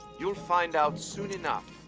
you'll find out soon enough.